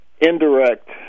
indirect